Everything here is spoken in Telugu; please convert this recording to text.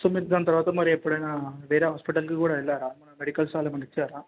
సో మీరు దాని తరువాత మరి ఎప్పుడైనా వేరే హాస్పిటల్కి కూడా వెళ్ళారా ఏమన్న మెడిసిన్స్ వాళ్ళు ఏమన్న ఇచ్చారా